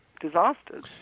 disasters